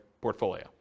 portfolio